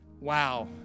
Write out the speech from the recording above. wow